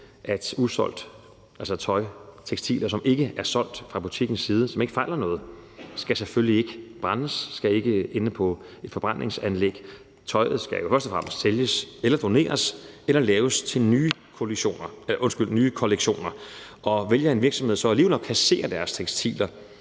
altså tøj, tekstiler, som ikke er solgt fra butikkens side, og som ikke fejler noget, selvfølgelig ikke skal brændes og selvfølgelig ikke skal ende på et forbrændingsanlæg. Tøjet skal jo først og fremmest sælges eller doneres eller laves til nye kollektioner. Og vælger en virksomhed så alligevel at kassere deres tekstiler,